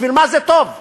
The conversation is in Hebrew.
בשביל מה זה טוב?